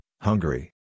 Hungary